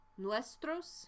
nuestros